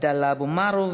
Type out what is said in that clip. עבדאללה אבו מערוף,